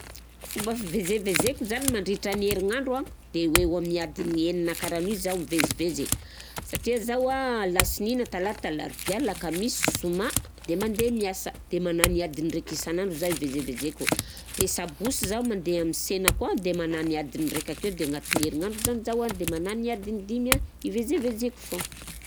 Fomba fivezevezeko zany mandritrany herignandro a, de eo amin'ny adiny enina karan'io zaho mivezivezy satria zaho a alasinina, talata, larobia, lakamisy, zoma de mande miasa de mahalany adiny raika isanandro zah ivezivezeko de sabosy zaho mande ami sena koa de mahalany amin'ny adiny raika akeo, a agnatin'ny herignandro zany zaho a de manan adiny dimy an ivezevezeko foana.